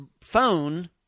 phone